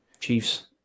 Chiefs